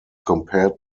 compared